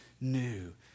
New